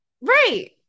Right